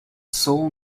sole